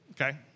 okay